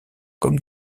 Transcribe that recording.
comme